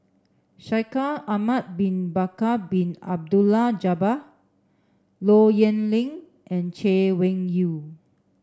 Shaikh Ahmad bin Bakar Bin Abdullah Jabbar Low Yen Ling and Chay Weng Yew